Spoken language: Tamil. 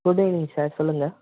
ஃபுட் டெலிவரி சார் சொல்லுங்கள்